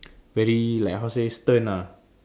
very like how to say stern ah